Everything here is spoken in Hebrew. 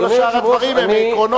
כל שאר הדברים הם עקרונות,